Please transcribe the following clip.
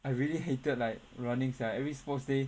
I really hated like running sia every sports day